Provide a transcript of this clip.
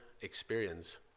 experience